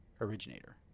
originator